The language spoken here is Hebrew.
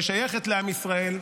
ששייכת לעם ישראל,